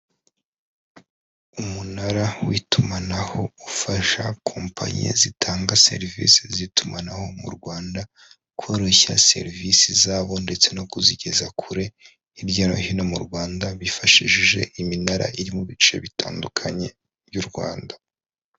Umunara w'itumanaho, ufasha kompanye zitanga serivise z'itumanaho mu Rwanda koroshya serivisi zabo ndetse no kuzigeza kure hirya no hino mu Rwanda, bifashishije iminara iri mu bice bitandukanye by'u Rwanda.